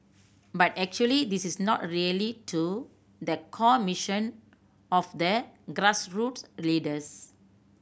but actually this is not really to the core mission of the grassroots leaders